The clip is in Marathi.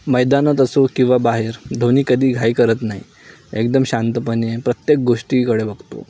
मैदानात असो किंवा बाहेर धोनी कधी घाई करत नाही एकदम शांतपणे प्रत्येक गोष्टीकडे बघतो